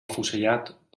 afusellat